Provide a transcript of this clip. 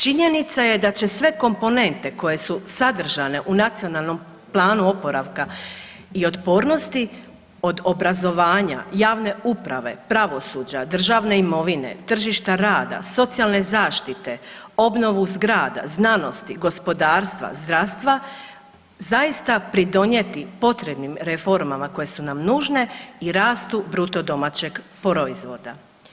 Činjenica je da će sve komponente koje su sadržane u Nacionalnom planu oporavka i otpornosti od obrazovanja javne uprave, pravosuđa, državne imovine, tržišta rada, socijalne zaštite, obnovu zgrada, znanosti, gospodarstva, zdravstva, zaista pridonijeti potrebnim reformama koje su nam nužne i rastu BDP-a.